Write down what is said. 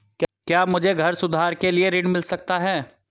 क्या मुझे घर सुधार के लिए ऋण मिल सकता है?